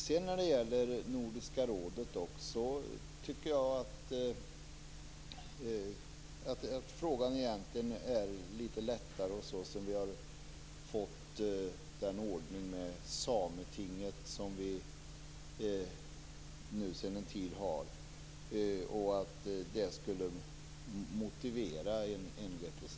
När det sedan gäller Nordiska rådet tycker jag att den frågan har blivit litet lättare sedan vi fick den ordning med Sametinget som vi sedan en tid har. Den tycker jag skulle motivera en representation.